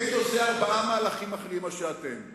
הייתי עושה ארבעה מהלכים אחרים מכם: האחד,